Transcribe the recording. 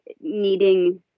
needing